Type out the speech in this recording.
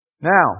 Now